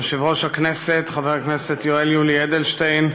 יושב-ראש הכנסת חבר הכנסת יואל יולי אדלשטיין,